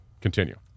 Continue